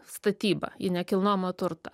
statybą į nekilnojamą turtą